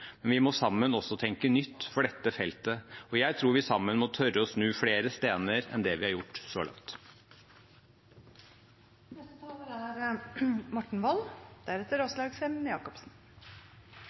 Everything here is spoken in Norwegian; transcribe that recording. men vi må sammen også tenke nytt for dette feltet. Jeg tror vi sammen må tørre å snu flere stener enn det vi har gjort så